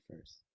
first